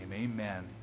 Amen